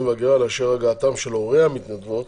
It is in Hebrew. וההגירה לאשר הגעתם של הורי המתנדבות